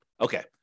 Okay